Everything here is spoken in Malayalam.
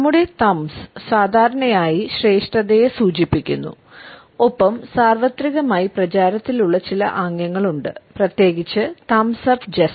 നമ്മുടെ തംബ്സ്